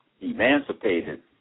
emancipated